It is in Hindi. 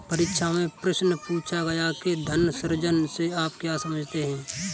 परीक्षा में प्रश्न पूछा गया कि धन सृजन से आप क्या समझते हैं?